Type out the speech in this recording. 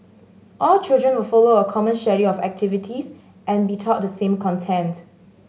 all children will follow a common schedule of activities and be taught the same content